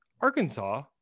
Arkansas